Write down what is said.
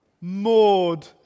Maud